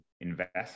invest